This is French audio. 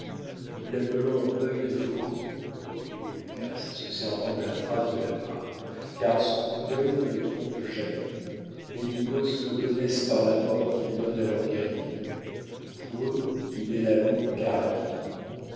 nous l'appelons œil de faucon reprit uncas se servant de la phrase delaware car son coup d'œil ne le trompe jamais les mingos le connaissent par la mort qu'il donne à leurs guerriers pour eux il est la longue carabine